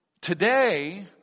Today